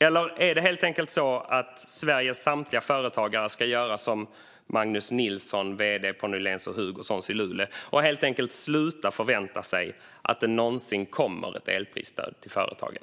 Eller är det helt enkelt så att Sveriges samtliga företagare ska göra som Magnus Nilsson, vd på Nyhléns Hugosons i Luleå, nämligen helt enkelt sluta förvänta sig att det någonsin kommer ett elprisstöd till företagen?